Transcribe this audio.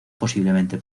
posiblemente